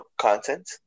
content